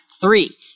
three